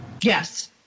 Yes